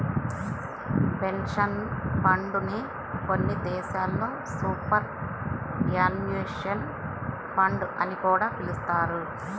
pension fund నే కొన్ని దేశాల్లో సూపర్ యాన్యుయేషన్ ఫండ్ అని కూడా పిలుస్తారు